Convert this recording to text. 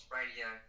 radio